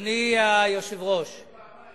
הם זוכים פעמיים,